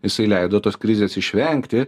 jisai leido tos krizės išvengti